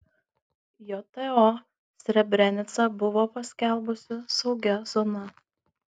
jto srebrenicą buvo paskelbusi saugia zona